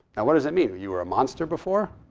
and what does that mean? you were a monster before?